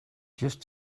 just